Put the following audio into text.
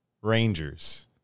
Rangers